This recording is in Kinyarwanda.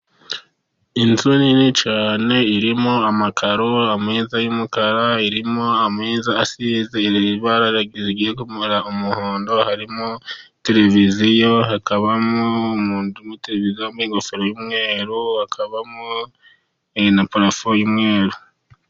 Inzu nini cyane, irimo amakaro meza y’umukara. Irimo ameza asize ibara rigiye kumera umuhondo, harimo televiziyo. Hakabamo umuntu muri televiziyo wambaye ingofero y’umweru, hakabamo na parafo y’umweru.